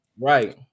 Right